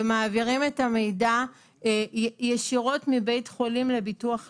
ומעבירים את המידע ישירות מבית החולים לביטוח לאומי.